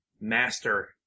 master